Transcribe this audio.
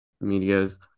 Media's